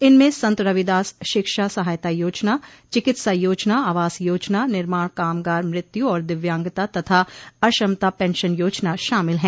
इनमें संतरविदास शिक्षा सहायता योजना चिकित्सा योजना आवास योजना निर्माण कामगार मृत्यु और दिव्यांगता तथा अक्षमता पेंशन योजना शामिल है